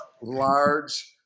Large